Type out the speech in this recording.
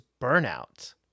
burnout